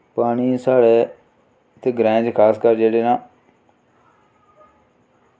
पानी साढ़े इत्थै ग्राएं दे खासकर जेह्ड़े साढ़े न